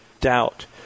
doubt